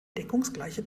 deckungsgleiche